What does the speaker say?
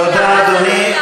תודה, אדוני.